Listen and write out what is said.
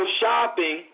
shopping